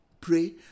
pray